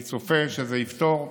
אני צופה שזה יפתור באשקלון,